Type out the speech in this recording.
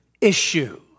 issue